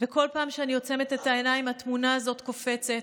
בכל פעם שאני עוצמת את העיניים התמונה הזאת קופצת,